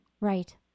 Right